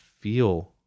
feel